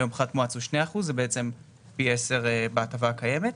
היום פחת מואץ זה 2 אחוז זה בעצם פי 10 בהטבה הקיימת,